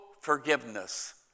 forgiveness